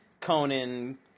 Conan